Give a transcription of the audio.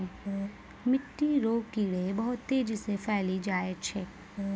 मिट्टी रो कीड़े बहुत तेजी से फैली जाय छै